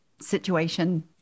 situation